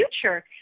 future